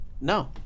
No